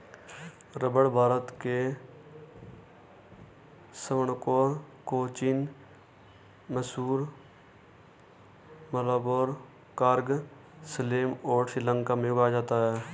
रबड़ भारत के त्रावणकोर, कोचीन, मैसूर, मलाबार, कुर्ग, सलेम और श्रीलंका में उगाया जाता है